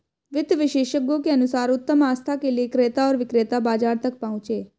वित्त विशेषज्ञों के अनुसार उत्तम आस्था के लिए क्रेता और विक्रेता बाजार तक पहुंचे